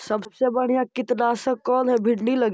सबसे बढ़िया कित्नासक कौन है भिन्डी लगी?